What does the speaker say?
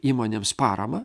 įmonėms paramą